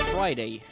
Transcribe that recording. Friday